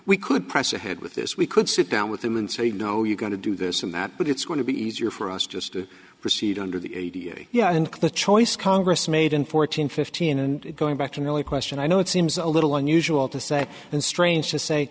we could us ahead with this we could sit down with them and say you know you're going to do this and that but it's going to be easier for us just to proceed under the yeah and the choice congress made in fourteen fifteen and going back to really question i know it seems a little unusual to say and strange to say